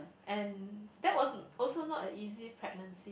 and that was also not a easy pregnancy